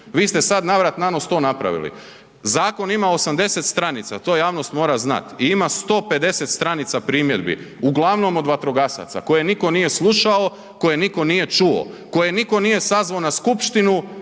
vi ste sad navrat nanos to napravili, zakon ima 80 stranica, to javnost mora znat i ima 150 stranica primjedbi uglavnom od vatrogasaca koje niko nije slušao, koje niko nije čuo, koje niko nije sazvo na skupštinu